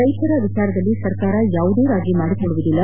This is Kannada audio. ರೈತರ ವಿಚಾರದಲ್ಲಿ ಸರ್ಕಾರ ಯಾವುದೇ ರಾಜೀ ಮಾಡಿಕೊಳ್ಳುವುದಿಲ್ಲ